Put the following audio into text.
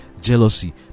jealousy